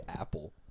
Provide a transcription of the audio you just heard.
apple